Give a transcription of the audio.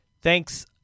Thanks